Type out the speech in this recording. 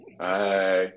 Hi